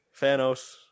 Thanos